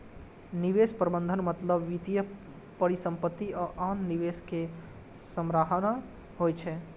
निवेश प्रबंधनक मतलब वित्तीय परिसंपत्ति आ आन निवेश कें सम्हारनाय होइ छै